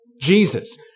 Jesus